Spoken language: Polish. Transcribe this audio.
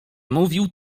mówił